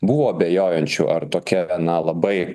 buvo abejojančių ar tokia viena labai